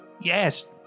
Yes